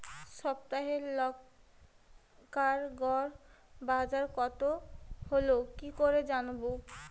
সপ্তাহে লংকার গড় বাজার কতো হলো কীকরে জানবো?